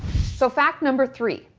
so fact number three.